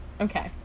Okay